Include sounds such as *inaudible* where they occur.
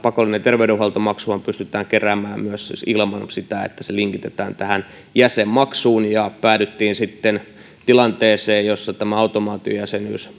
*unintelligible* pakollinen terveydenhuoltomaksuhan pystytään keräämään myös ilman sitä että se linkitetään tähän jäsenmaksuun päädyttiin sitten tilanteeseen jossa tämä automaatiojäsenyys *unintelligible*